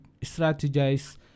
strategize